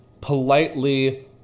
politely